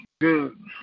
Good